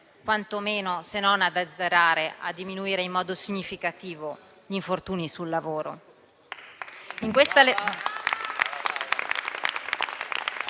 quantomeno, se non ad azzerare, a diminuire in modo significativo il numero degli infortuni sul lavoro.